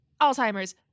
Alzheimer's